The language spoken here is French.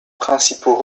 principaux